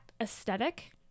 aesthetic